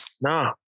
no